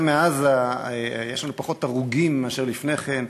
מעזה יש לנו פחות הרוגים מאשר לפני כן.